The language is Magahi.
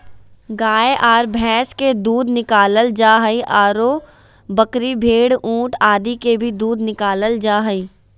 गाय आर भैंस के दूध निकालल जा हई, आरो बकरी, भेड़, ऊंट आदि के भी दूध निकालल जा हई